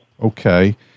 Okay